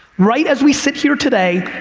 right as we sit here today,